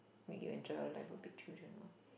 make you enjoy your life will be children lor